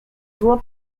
było